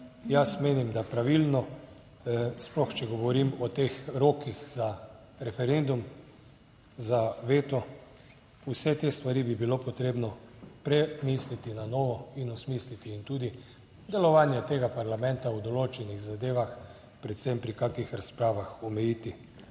Jaz menim, da pravilno, sploh če govorim o teh rokih za referendum, za veto. Vse te stvari bi bilo potrebno premisliti na novo in osmisliti in tudi delovanje tega parlamenta v določenih zadevah, predvsem pri kakšnih razpravah omejiti.